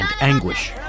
anguish